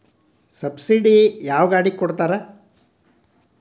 Subsidy ಯಾವ ಗಾಡಿಗೆ ಕೊಡ್ತಾರ?